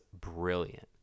brilliant